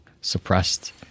suppressed